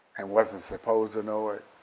and wasn't supposed to know it.